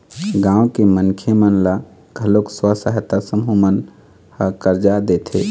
गाँव के मनखे मन ल घलोक स्व सहायता समूह मन ह करजा देथे